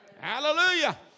Hallelujah